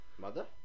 Mother